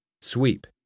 sweep